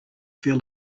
feel